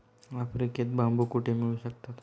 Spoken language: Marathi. आफ्रिकेत बांबू कुठे मिळू शकतात?